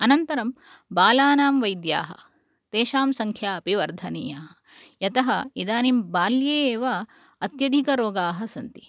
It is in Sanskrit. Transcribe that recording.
अनन्तरं बालानां वैद्याः तेषां सङ्ख्या अपि वर्धनीया यतः इदानीं बाल्ये एव अत्यधिकरोगाः सन्ति